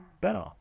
better